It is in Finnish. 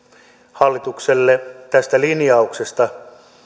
hallitukselle tästä linjauksesta